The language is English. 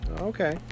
okay